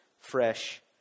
fresh